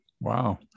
wow